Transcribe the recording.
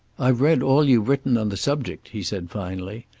i've read all you've written on the subject, he said finally.